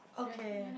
okay